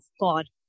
God